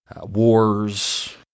wars